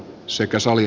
sekä salin